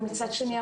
ומצד שני,